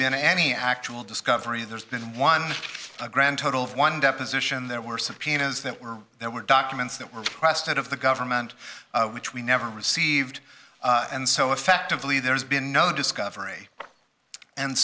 been any actual discovery there's been one a grand total of one deposition there were subpoenas that were there were documents that were suppressed out of the government which we never received and so effectively there's been no discovery and